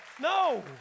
no